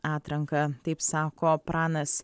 atranką taip sako pranas